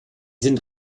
sind